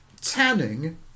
Tanning